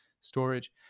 storage